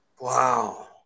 Wow